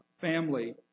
family